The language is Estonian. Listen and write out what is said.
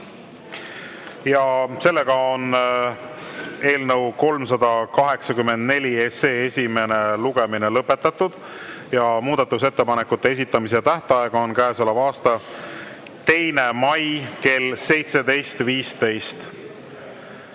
Sellega on eelnõu 384 esimene lugemine lõpetatud. Muudatusettepanekute esitamise tähtaeg on käesoleva aasta 2. mai kell 17.15.